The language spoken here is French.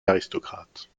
aristocrates